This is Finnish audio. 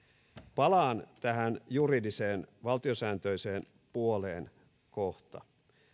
palaan tähän juridiseen valtiosääntöiseen puoleen kohta